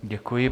Děkuji.